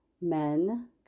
men